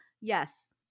Yes